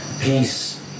peace